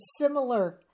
similar